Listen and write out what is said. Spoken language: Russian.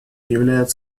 являет